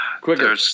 Quicker